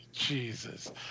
Jesus